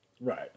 Right